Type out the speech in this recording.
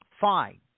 fine